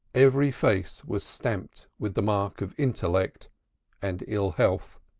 every face was stamped with the marks of intellect and ill-health